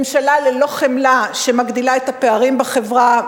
ממשלה ללא חמלה שמגדילה את הפערים בחברה.